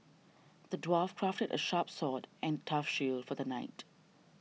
the dwarf crafted a sharp sword and a tough shield for the knight